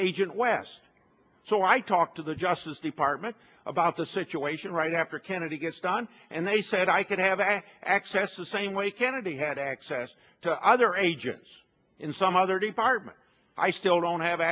agent west so i talked to the justice department about the situation right after kennedy gets done and they said i could have access the same way kennedy had access to other agents in some other department i still don't have